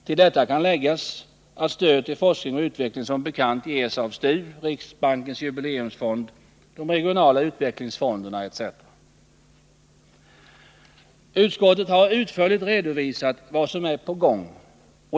Till detta kan läggas att stöd till forskning och utveckling som bekant ges av STU, riksbankens jubileumsfond, de regionala utvecklingsfonderna etc. Utskottet har utförligt redovisat vad som är på gång.